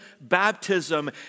baptism